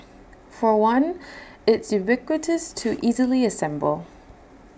for one it's ubiquitous to easily assemble